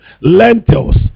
lentils